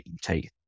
take